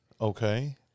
Okay